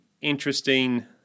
interesting –